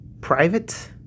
private